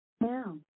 Now